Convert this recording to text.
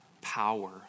power